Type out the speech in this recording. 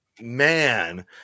Man